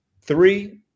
three